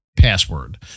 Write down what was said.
password